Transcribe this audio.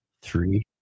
Three